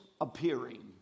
appearing